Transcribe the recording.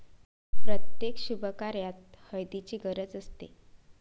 प्रत्येक शुभकार्यात हळदीची गरज असते